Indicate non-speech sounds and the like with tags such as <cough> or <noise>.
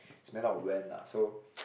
it's a matter of when ah so <noise>